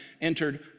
entered